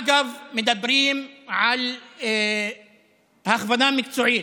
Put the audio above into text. אגב, מדברים על הכוונה מקצועית,